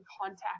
contact